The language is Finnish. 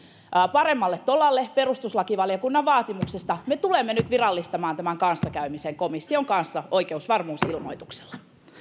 paremmalle tolalle perustuslakivaliokunnan vaatimuksesta me tulemme nyt virallistamaan tämän kanssakäymisen komission kanssa oikeusvarmuusilmoituksella